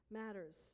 matters